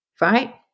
right